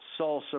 Salsa